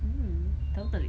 mm totally